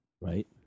right